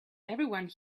everyone